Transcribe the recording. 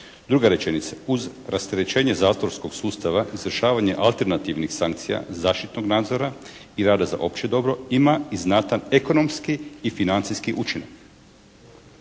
Druga rečenica, uz rasterećenje zatvorskog sustava, izvršavanje alternativnih sankcija zaštitom nadzora i rada za opće dobro ima i znatan ekonomski i financijski učinak.